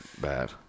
bad